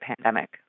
pandemic